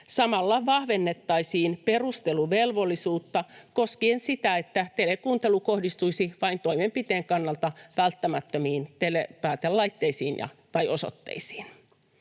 Samalla vahvennettaisiin perusteluvelvollisuutta koskien sitä, että telekuuntelu kohdistuisi vain toimenpiteen kannalta välttämättömiin telepäätelaitteisiin tai ‑osoitteisiin.